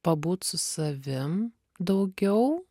pabūt su savim daugiau